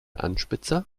anspitzer